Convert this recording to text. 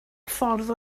ffordd